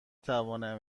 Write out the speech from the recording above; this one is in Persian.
توانم